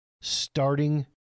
starting